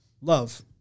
Love